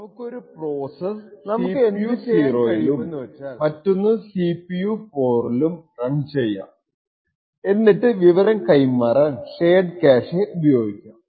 നമുക്ക് എന്ത് ചെയ്യാൻ കഴിയുമെന്ന് വച്ചാൽ നമുക്ക് ഒരു പ്രോസെസ്സ് CPU 0 ലും മറ്റൊന്ന് CPU 4 ലും റൺ ചെയ്യാം എന്നിട്ട് വിവരം കൈമാറാൻ ഷെയർഡ് ക്യാഷെ ഉപയോഗിക്കാം